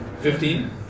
Fifteen